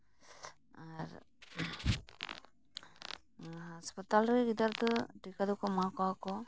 ᱟᱨ ᱦᱟᱥᱯᱟᱛᱟᱞ ᱨᱮᱱ ᱜᱤᱫᱟᱹᱨ ᱫᱚ ᱴᱤᱠᱟᱹ ᱫᱚᱠᱚ ᱮᱢᱟ ᱠᱚᱣᱟ ᱠᱚ